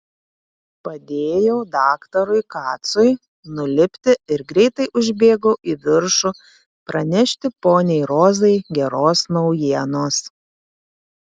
padėjau daktarui kacui nulipti ir greitai užbėgau į viršų pranešti poniai rozai geros naujienos